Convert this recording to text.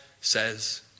says